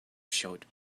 showed